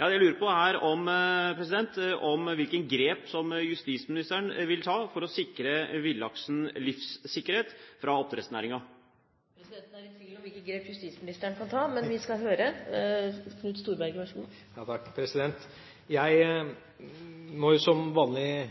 jeg lurer på, er hvilke grep justisministeren vil ta for å sikre villaksen livssikkerhet i forhold til oppdrettssnæringen. Presidenten er i tvil om hvilke grep justisministeren kan ta, men vi skal høre. Jeg må som vanlig,